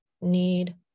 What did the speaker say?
need